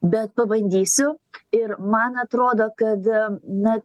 bet pabandysiu ir man atrodo kad na